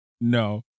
no